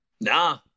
Nah